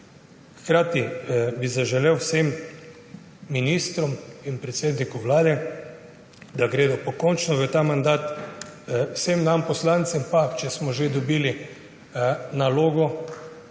Hkrati bi zaželel vsem ministrom in predsedniku Vlade, da gredo pokončno v ta mandat. Vsem nam poslancem pa, če smo že dobili nalogo,